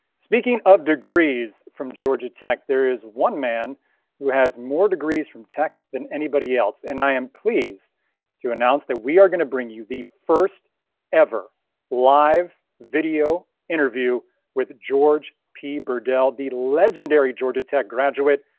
speaking of degrees from georgia tech, there is one man who has more degrees from tech than anybody else and i am pleased to announce that we are gonna bring you the first ever live video interview with george p. burdell, the legendary georgia tech graduate,